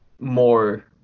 More